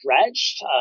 stretched